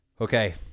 Okay